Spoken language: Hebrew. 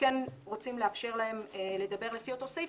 שכן רוצים לאפשר להם לפי אותו סעיף,